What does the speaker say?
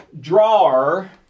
drawer